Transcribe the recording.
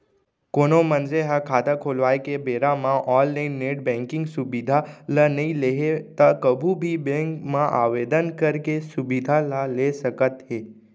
कोनो मनसे ह खाता खोलवाए के बेरा म ऑनलाइन नेट बेंकिंग सुबिधा ल नइ लेहे त कभू भी बेंक म आवेदन करके सुबिधा ल ल सकत हे